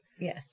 Yes